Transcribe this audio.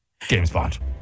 GameSpot